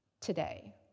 today